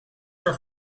for